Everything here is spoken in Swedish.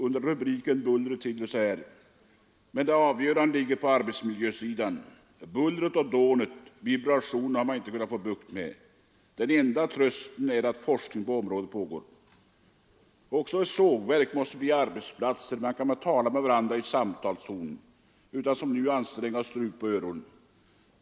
Under rubriken ”Bullret” står det: ”Men det avgörande ligger på arbetsmiljösidan. Bullret och dånet, vibrationerna, har man inte kunnat få bukt med. Den enda trösten är att forskning på området pågår. Också sågverk måste bli arbetsplatser där man ska kunna tala med varandra i samtalston, utan att som nu anstränga strupe och öron.